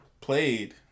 played